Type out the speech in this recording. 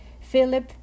Philip